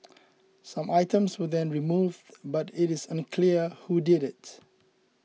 some items were then removed but it is unclear who did it